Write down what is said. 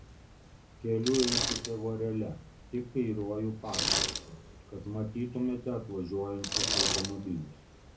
keliu eikite vorele tik kairiuoju pakraščiu kad matytumėte atvažiuojančius automobilius